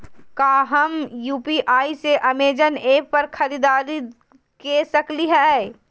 का हम यू.पी.आई से अमेजन ऐप पर खरीदारी के सकली हई?